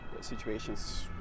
situations